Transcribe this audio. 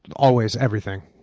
always everything.